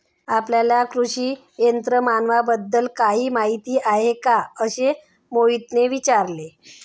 आपल्याला कृषी यंत्रमानवाबद्दल काही माहिती आहे का असे मोहितने विचारले?